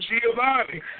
Giovanni